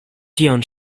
tion